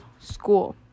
school